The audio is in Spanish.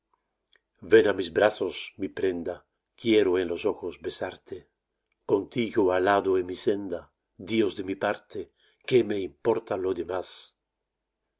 ven á mis brazos mi prenda quiero en los ojos besarte contigo al lado en mi senda dios de mi parte qué me importa lo demás